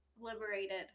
liberated